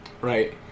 right